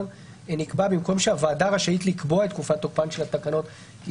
במקום שהוועדה רשאית לקבוע את תקופת תוקפן של התקנות כי